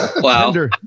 wow